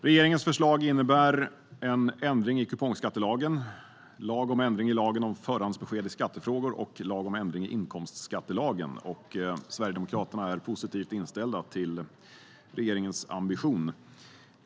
Regeringens förslag innebär lagar om ändringar i kupongskattelagen, lagen om förhandsbesked i skattefrågor samt inkomstskattelagen. Sverigedemokraterna är positivt inställda till regeringens ambition.